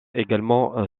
également